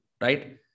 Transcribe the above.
right